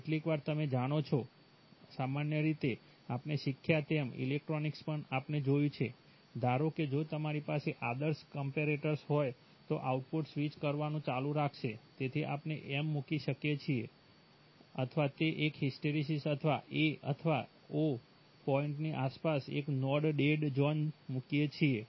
કેટલીકવાર તમે જાણો છો સામાન્ય રીતે આપણે શીખ્યા તેમ ઇલેક્ટ્રોનિક્સ પણ આપણે જોયું છે ધારો કે જો તમારી પાસે આદર્શ કમ્પેરેટર્સ હોય તો આઉટપુટ સ્વિચ કરવાનું ચાલુ રાખશે તેથી આપણે એક મૂકીએ છીએ અથવા તો એક હિસ્ટેરેસીસ અથવા a અથવા 0 પોઈન્ટની આસપાસ એક નાનો ડેડ ઝોન મૂકીએ છીએ